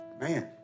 Man